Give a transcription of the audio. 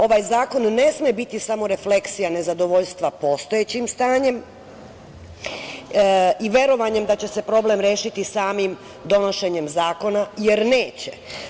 Ovaj zakon ne sme biti samo refleksija nezadovoljstva postojećim stanjem i verovanjem da će se problem rešiti samim donošenjem zakona jer neće.